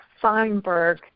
Feinberg